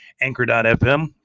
Anchor.fm